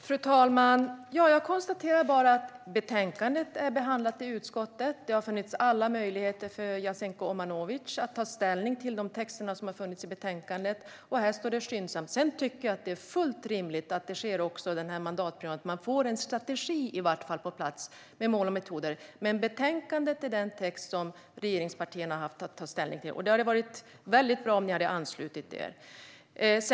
Fru talman! Jag konstaterar bara att betänkandet är behandlat i utskottet. Det har funnits alla möjligheter för Jasenko Omanovic att ta ställning till texterna i betänkandet. Och i betänkandet står det skyndsamt. Sedan tycker jag att det är fullt rimligt att man denna mandatperiod åtminstone får en strategi på plats med mål och metoder. Men betänkandet är den text som regeringspartierna har haft att ta ställning till. Det hade varit mycket bra om ni hade anslutit er till detta.